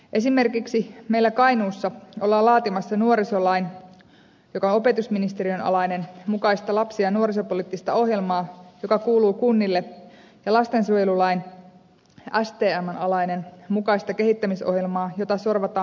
esimerkiksi meillä kainuussa ollaan laatimassa nuorisolain joka on opetusministeriön alainen mukaista lapsi ja nuorisopoliittista ohjelmaa joka kuuluu kunnille ja lastensuojelulain joka on stmn alainen mukaista kehittämisohjelmaa jota sorvataan maakunnassa